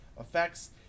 effects